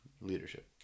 Leadership